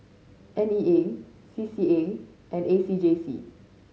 N E A C C A and A C J C